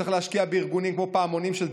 צריך להשקיע בארגונים כמו פעמונים של תזונה.